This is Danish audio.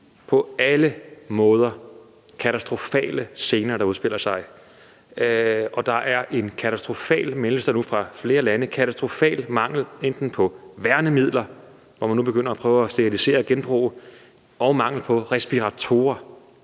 på alle måder katastrofale scener, der udspiller sig, og der er en katastrofal, meldes der nu fra flere lande, mangel på værnemidler, hvor man nu begynder at prøve at sterilisere og genbruge, og mangel på respiratorer,